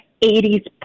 80s